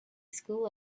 school